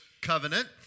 covenant